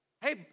Hey